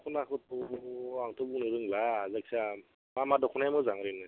दख'नाखौथ' आंथ' बुंनो रोंला जायखिया मा मा दख'नाया मोजां ओरैनो